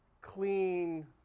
clean